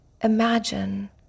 Imagine